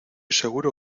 seguro